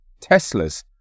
Teslas